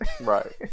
right